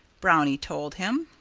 brownie told him.